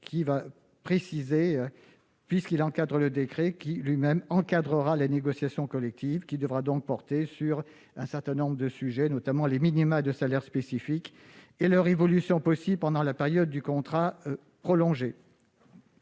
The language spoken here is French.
rapporteur puisqu'il vise à encadrer le décret qui, lui-même, encadrera les négociations collectives. Elles devront ainsi porter sur un certain nombre de sujets, notamment les minima de salaires spécifiques et leur évolution possible pendant la période du contrat prolongé.